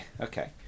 Okay